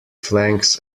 flanks